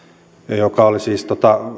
joka oli siis